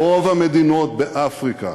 רוב המדינות באפריקה